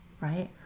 right